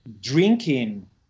Drinking